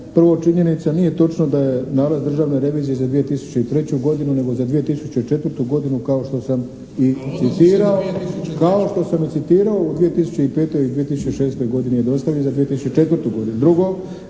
Prvo činjenica nije točno da je nalaz Državne revizije za 2003. godinu nego za 2004. godinu kao što sam i citirao, kao što sam i citirao. U 2005. i 2006. godini je dostavljen za 2004. godinu.